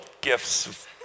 gifts